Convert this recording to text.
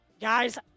guys